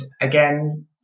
again